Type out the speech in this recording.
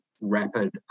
rapid